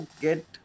get